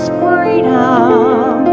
freedom